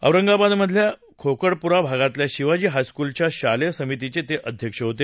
औरंगाबादमधल्या खोकडपुरा भागातल्या शिवाजी हायस्कूलच्या शालेय समितीचे ते अध्यक्ष होते